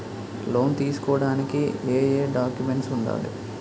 Loan తీసుకోడానికి ఏయే documents వుండాలి?